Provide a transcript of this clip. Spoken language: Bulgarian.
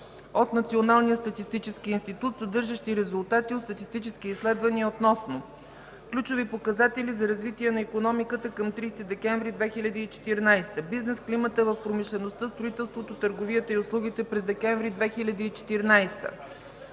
от Националния статистически институт, съдържащи резултати от статистически изследвания относно ключови показатели за развитие на икономиката към 30 декември 2014 г.; бизнес климата в промишлеността, строителството, търговията и услугите през декември 2014